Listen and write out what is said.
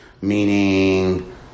meaning